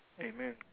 Amen